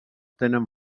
tenen